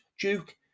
Duke